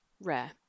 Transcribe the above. rare